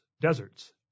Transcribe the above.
deserts